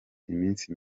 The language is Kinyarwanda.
iminsi